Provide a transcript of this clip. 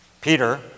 Peter